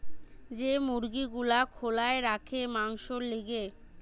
যে মুরগি গুলা খোলায় রাখে মাংসোর লিগে